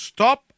Stop